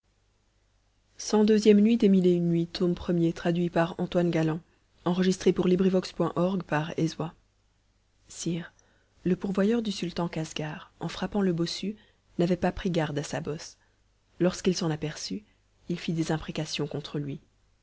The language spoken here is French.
cii nuit sire le pourvoyeur du sultan de casgar en frappant le bossu n'avait pas pris garde à sa bosse lorsqu'il s'en aperçut il fit des imprécations contre lui